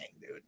dude